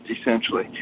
essentially